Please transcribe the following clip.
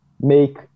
make